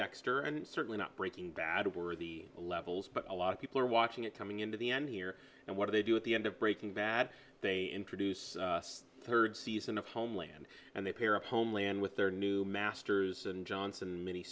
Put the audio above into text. dexter and certainly not breaking bad over the levels but a lot of people are watching it coming in to the end here and what they do at the end of breaking bad they introduce us to third season of homeland and they pair of homeland with their new masters and johnson mini